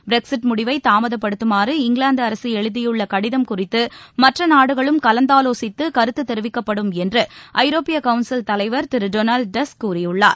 Brexit முடிவை தாமதப்படுத்துமாறு இங்கிவாந்து அரசு எழுதியுள்ள கடிதம் குறித்து மற்ற நாடுகளுடன் கலந்தாவோசித்து கருத்து தெரிவிக்கப்படும் என்று ஐரோப்பிய கவுன்சில் தலைவர் திரு டொனால்ட் டஸ்க் கூறியுள்ளார்